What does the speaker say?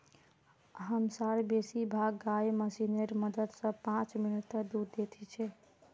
हमसार बेसी भाग गाय मशीनेर मदद स पांच मिनटत दूध दे दी छेक